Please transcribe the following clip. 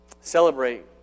celebrate